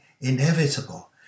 inevitable